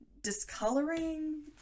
discoloring